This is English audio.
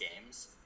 games